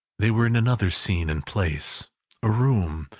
they were in another scene and place a room,